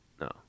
No